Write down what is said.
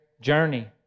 journey